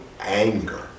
anger